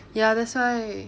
ya that's why